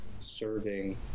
serving